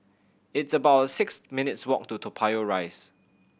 it's about six minutes' walk to Toa Payoh Rise